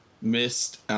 missed –